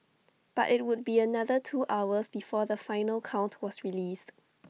but IT would be another two hours before the final count was released